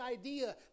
idea